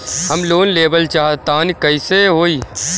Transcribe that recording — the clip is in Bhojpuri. हम लोन लेवल चाह तानि कइसे होई?